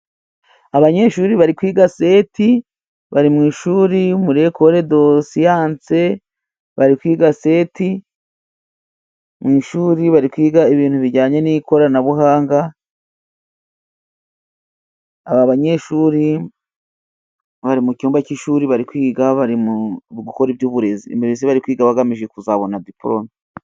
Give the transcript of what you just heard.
Abanyeshuri bari kwiga seti, bari mu ishuri muri ekole do siyanse, bari kwiga seti mu ishuri, bari kwiga ibintu bijyane n'ikoranabuhanga. Aba banyeshuri bari mu cyumba cy'ishuri kwiga, bari gukora iby'uburezi, mbese bari kwiga bagamije kuzabona diporomi.